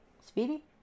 Speedy